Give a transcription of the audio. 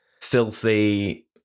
filthy